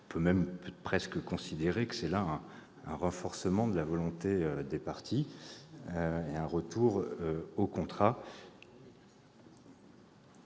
On peut même presque considérer qu'il s'agit là d'un renforcement de la volonté des parties et d'un retour au contrat.